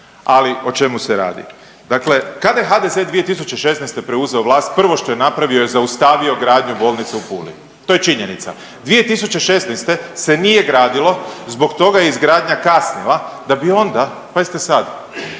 ali o čemu se radi? Dakle kada je HDZ 2016. preuzeo vlast prvo što je napravio je zaustavio gradnju bolnice u Puli, to je činjenica. 2016. se nije gradilo zbog toga je izgradnja kasnila da bi onda, pazite sad,